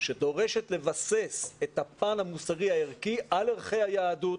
שדורשת לבסס את הפן המוסרי הערכי על ערכי היהדות,